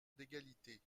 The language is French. d’égalité